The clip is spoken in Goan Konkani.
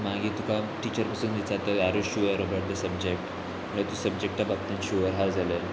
मागीर तुका टिचर पसून विचारता आर यू शुअर रावत सब्जेक्ट जाल्यार तूं सबजेक्टा बाबतीन शुअर आहा जाल्यार